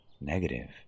negative